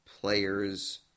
players